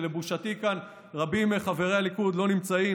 שלבושתי כאן רבים מחברי הליכוד לא נמצאים,